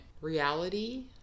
reality